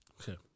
Okay